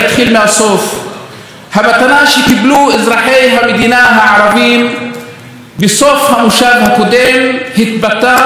המתנה שקיבלו אזרחי המדינה הערבים בסוף המושב הקודם התבטאה בחוק הלאום,